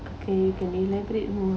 okay can you elaborate more